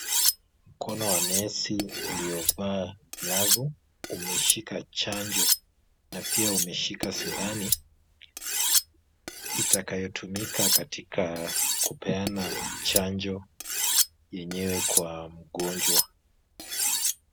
Mkono wa nesi uliovaa glavu umeshika chanjo na pia umeshika sindano, itakayotumika katika kupeana chanjo yenyewe kwa mgonjwa.